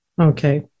Okay